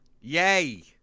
Yay